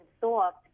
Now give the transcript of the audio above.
soft